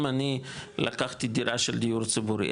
אם אני לקחתי דירה של דיור ציבורי,